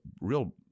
real